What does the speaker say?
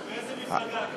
ובאיזו מפלגה.